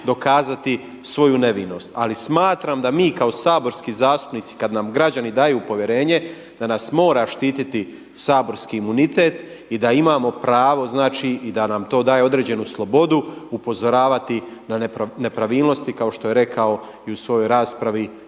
dokazati svoju nevinost. Ali smatram da mi kao saborski zastupnici kada nam građani daju povjerenje da nas mora štititi saborski imunitet i da imamo pravo i da nam to daje određenu slobodu upozoravati na nepravilnosti kao što je rekao i u svojoj raspravi